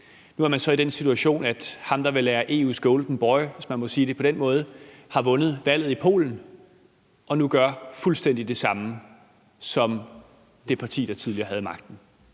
Nu er man så i den situation, at ham, der vil være EU's golden boy, hvis man må sige det på den måde, har vundet valget i Polen og nu gør fuldstændig det samme som det parti, der tidligere havde magten.